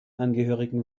angehörigen